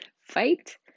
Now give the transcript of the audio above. fight